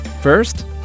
First